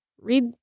read